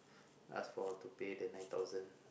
ask for to pay the nine thousand